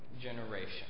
generation